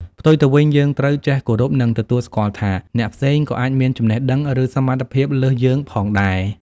ផ្ទុយទៅវិញ យើងត្រូវចេះគោរព និងទទួលស្គាល់ថា អ្នកផ្សេងក៏អាចមានចំណេះដឹង ឬសមត្ថភាពលើសយើងផងដែរ។